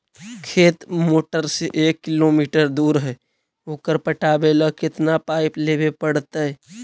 खेत मोटर से एक किलोमीटर दूर है ओकर पटाबे ल केतना पाइप लेबे पड़तै?